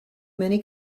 many